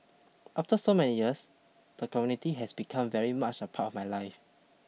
after so many years the community has become very much a part of my life